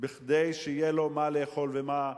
כדי שיהיה לו מה לאכול ומה,